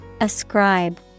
Ascribe